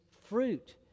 fruit